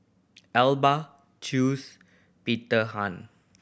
Alba Chew's Peter Han